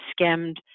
skimmed